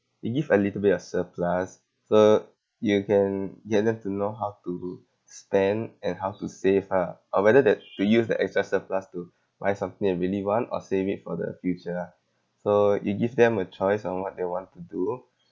you give a little bit of surplus so you can you have you have to know how to spend and how to save ah or whether that to use the extra surplus to buy something you really want or save it for the future ah so you give them a choice on what they want to do